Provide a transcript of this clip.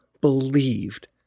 believed